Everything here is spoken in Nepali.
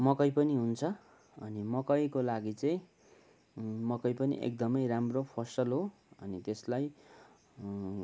मकै पनि हुन्छ अनि मकैको लागि चाहिँ मकै पनि एकदमै राम्रो फसल हो अनि त्यसलाई